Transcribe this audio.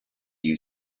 you